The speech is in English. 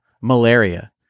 malaria